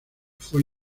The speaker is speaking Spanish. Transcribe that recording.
fue